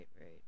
right